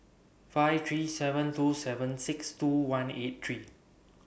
five three seven two seven six two one eight three